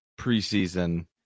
preseason